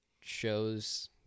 shows